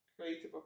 creative